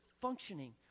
functioning